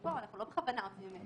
אנחנו לא בכוונה עושים את זה.